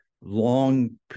long